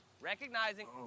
recognizing